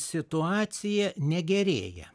situacija negerėja